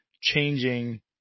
changing